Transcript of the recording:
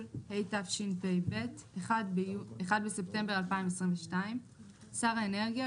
התשפ"ב (1 בספטמבר 2022); שר האנרגיה,